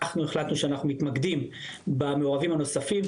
אנחנו החלטנו שאנחנו מתמקדים במעורבים הנוספים,